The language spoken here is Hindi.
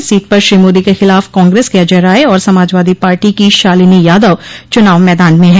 इस सीट पर श्री मोदी के खिलाफ कांग्रेस के अजय राय और समाजवादी पार्टी की शालिनी यादव चुनाव मैदान में हैं